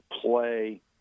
play